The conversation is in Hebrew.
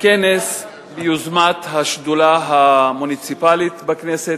כנס ביוזמת השדולה המוניציפלית בכנסת,